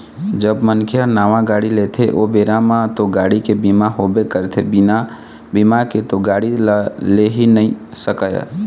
जब मनखे ह नावा गाड़ी लेथे ओ बेरा म तो गाड़ी के बीमा होबे करथे बिना बीमा के तो गाड़ी ल ले ही नइ सकय